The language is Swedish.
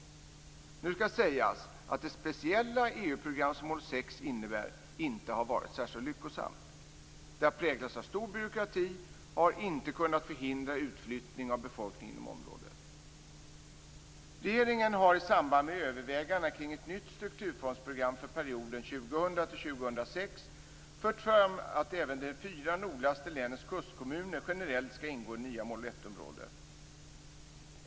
Nu skall sägas att det speciella EU program som mål 6 innebär inte har varit särskilt lyckosamt. Det har präglats av stor byråkrati och har inte kunnat förhindra utflyttning av befolkningen inom området. Regeringen har i samband med övervägandena kring ett nytt strukturfondsprogram för perioden 2000-2006 fört fram att även de fyra nordligaste länens kustkommuner generellt skall ingå i det nya mål 1-området.